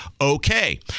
Okay